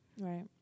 Right